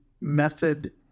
method